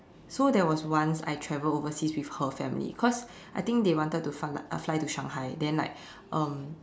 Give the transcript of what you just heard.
so there was once I travelled overseas with her family cause I think they wanted to fly uh fly to Shanghai then like um